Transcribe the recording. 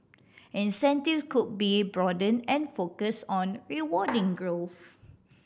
incentive could be broaden and focus on rewarding growth